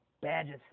Badges